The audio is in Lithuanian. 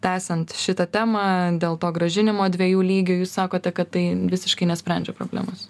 tęsiant šitą temą dėl to grąžinimo dviejų lygių jūs sakote kad tai visiškai nesprendžia problemos